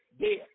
dead